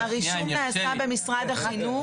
הרישום נעשה במשרד החינוך.